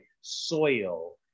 soil